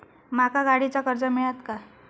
माका गाडीचा कर्ज मिळात काय?